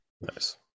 Nice